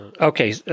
Okay